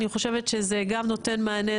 אני חושבת שזה גם נותן מענה,